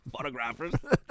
Photographers